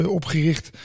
opgericht